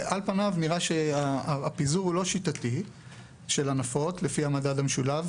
על פניו נראה שהפיזור של הנפות הוא לא שיטתי לפי המדד המשולב,